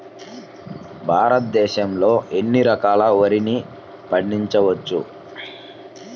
భారతదేశంలో ఎన్ని రకాల వరిని పండించవచ్చు